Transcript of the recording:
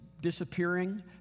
disappearing